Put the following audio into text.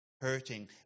hurting